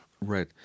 right